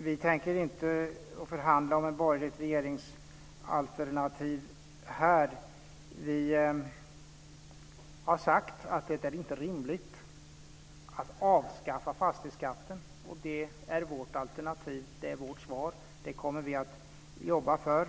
Jag tänker inte förhandla om ett borgerligt regeringsalternativ här. Vi har sagt att det inte är rimligt att avskaffa fastighetsskatten. Det är vårt alternativ. Det är vårt svar. Det kommer vi att jobba för.